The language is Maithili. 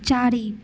चारि